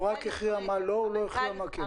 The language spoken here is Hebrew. הוא רק הכריע מה לא אבל לא הכריע מה כן.